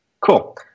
Cool